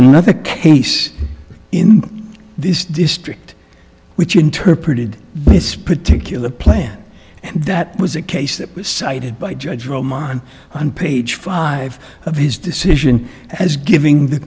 another case in this district which interpreted this particular plan and that was a case that was cited by judge roll mine on page five of his decision as giving the